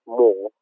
more